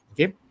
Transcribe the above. okay